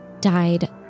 died